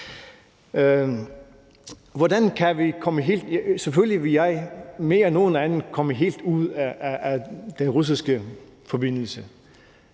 have, at vi kommer helt ud af den russiske forbindelse,